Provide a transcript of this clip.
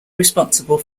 responsible